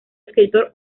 escritor